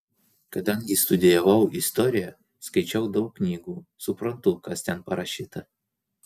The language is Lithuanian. kadangi studijavau istoriją skaičiau daug knygų suprantu kas ten parašyta